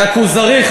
מ"הכוזרי",